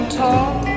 talk